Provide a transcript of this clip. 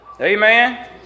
Amen